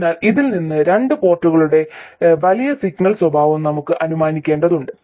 അതിനാൽ ഇതിൽ നിന്ന് രണ്ട് പോർട്ടുകളുടെ വലിയ സിഗ്നൽ സ്വഭാവം നമുക്ക് അനുമാനിക്കേണ്ടതുണ്ട്